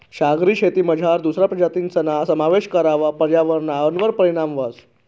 सागरी शेतीमझार दुसरा प्रजातीसना समावेश करावर पर्यावरणवर परीणाम व्हस